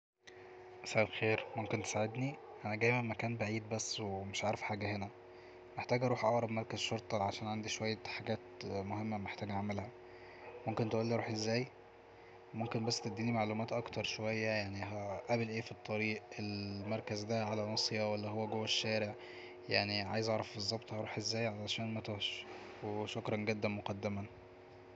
مساء الخير ممكن تساعدني انا جاي من مكان بعيد بس ومش عارف حاجة هنا محتاج اروح اقرب مركز شرطة علشان عندي شوية حاجات مهمة محتاج اعملها ممكن تقولي اروح ازاي ممكن بس تديني معلومات اكتر شوية يعني هقابل اي فالطريق المركز دا على ناصية ولا هو جوة الشارع يعني عايز اعرف بالظبط هروح ازاي علشان متوهش وشكرا جدا مقدما